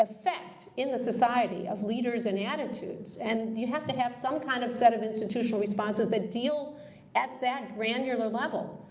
effect in the society of leaders and attitudes, and you have to have some kind of set of institutional responses the deal at that granular level.